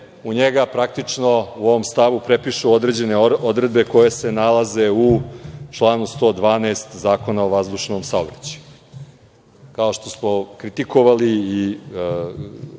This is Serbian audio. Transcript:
u njega praktično u ovom stavu prepišu određene odredbe koje se nalaze u članu 112. Zakona o vazdušnom saobraćaju. Kao što smo kritikovali